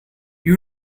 you